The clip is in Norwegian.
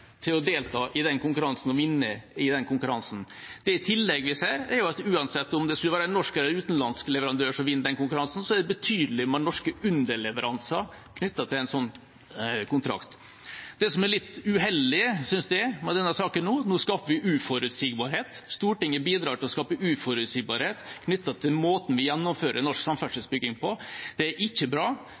til å delta i den konkurransen og kan vinne i den konkurransen. Det vi i tillegg ser, er at uansett om det skulle være en norsk eller utenlandsk leverandør som vinner konkurransen, er det betydelig med norske underleveranser knyttet til en slik kontrakt. Det som er litt uheldig i denne saken, synes jeg, er at vi nå skaper uforutsigbarhet. Stortinget bidrar til å skape uforutsigbarhet knyttet til måten vi gjennomfører norsk samferdselsbygging på. Det er ikke bra.